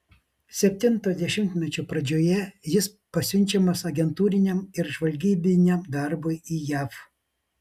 septinto dešimtmečio pradžioje jis pasiunčiamas agentūriniam ir žvalgybiniam darbui į jav